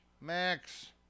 Max